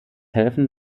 helfen